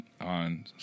On